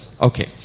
Okay